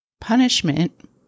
punishment